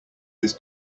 this